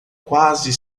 quase